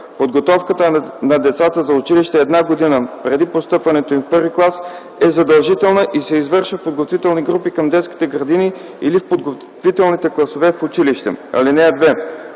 Подготовката на децата за училище една година преди постъпването им в първи клас е задължителна и се извършва в подготвителни групи към детските градини или в подготвителни класове в училище. (2)